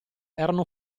erano